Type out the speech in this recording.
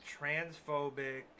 transphobic